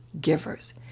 givers